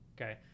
okay